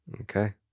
Okay